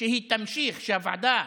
שהיא תמשיך, שהוועדה,